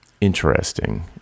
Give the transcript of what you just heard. interesting